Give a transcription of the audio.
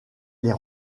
les